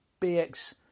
BX